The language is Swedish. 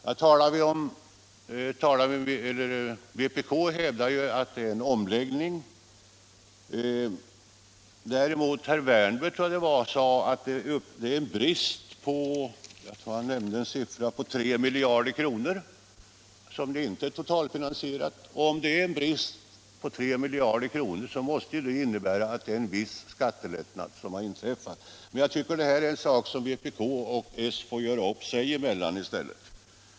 Vpk hävdar ju att det är fråga om en skatteomläggning. Däremot tror jag att herr Wärnberg sade att förslaget visade en brist på 3 miljarder kronor och att det alltså inte var totalfinansierat. Om det är en brist på 3 miljarder kronor, måste detta innebära att det har inträffat en viss skattelättnad. Men jag tycker att detta är något som vpk och s får göra upp sinsemellan.